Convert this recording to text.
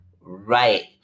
Right